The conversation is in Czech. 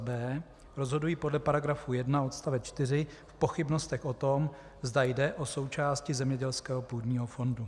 b) rozhodují podle § 1 odst. 4 v pochybnostech o tom, zda jde o součásti zemědělského půdního fondu,